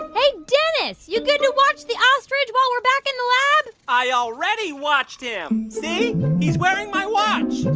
hey, dennis. you good to watch the ostrich while we're back in the lab? i already watched him. see he's wearing my watch